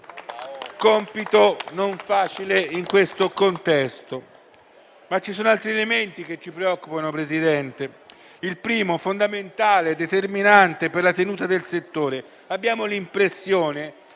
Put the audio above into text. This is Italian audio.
compito non facile nell'attuale contesto. Ma ci sono altri elementi che ci preoccupano, Presidente. Il primo è fondamentale e determinante per la tenuta del settore. Abbiamo l'impressione